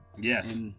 Yes